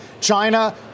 China